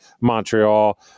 Montreal